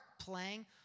playing